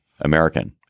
American